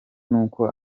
n’uko